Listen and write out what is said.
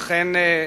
אכן,